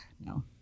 no